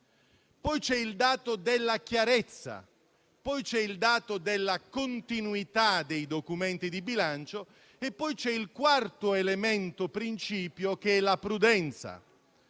il dato della chiarezza; il dato della continuità dei documenti di bilancio; infine, il quarto elemento-principio che è la prudenza.